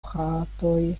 fratoj